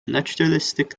naturalistic